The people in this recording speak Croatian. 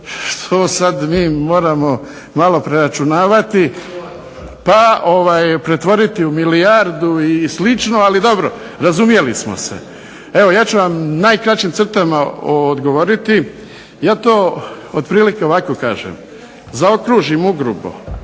što sad mi moramo malo preračunavati pa pretvoriti u milijardu i slično, ali dobro, razumjeli smo se. Evo ja ću vam u najkraćim crtama odgovoriti. Ja to otprilike ovako kažem, zaokružim ugrubo